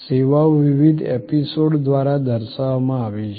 સેવાઓ વિવિધ એપિસોડ દ્વારા દર્શાવવામાં આવી છે